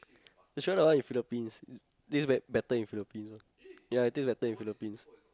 must try the one in Philippines taste bet~ better in Philippines ya it tastes better in Philippines